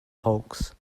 hulks